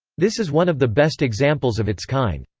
this is one of the best examples of its kind.